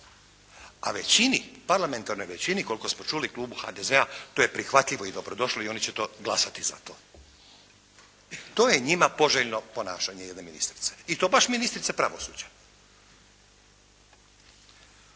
A većini, parlamentarnoj većini koliko smo čuli klubu HDZ-a to je prihvatljivo i dobro došlo i oni će glasati za to. To je njima poželjno ponašanje jedne ministrice i to baš ministrice pravosuđa.